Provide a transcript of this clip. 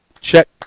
Check